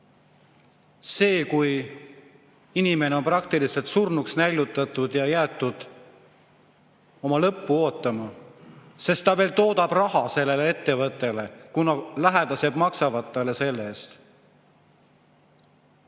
see, kui inimene on praktiliselt surnuks näljutatud ja jäetud oma lõppu ootama? Ta veel toodab raha sellele ettevõttele, kuna lähedased maksavad tema eest.